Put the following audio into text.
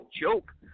joke